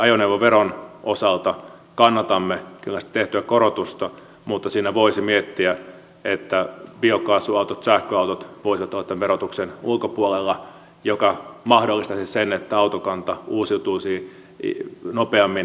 ajoneuvoveron osalta kannatamme kyllä sitä tehtyä korotusta mutta siinä voisi miettiä että biokaasuautot sähköautot voisivat olla tämän verotuksen ulkopuolella mikä mahdollistaisi sen että autokanta uusiutuisi nopeammin